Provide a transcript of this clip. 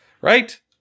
Right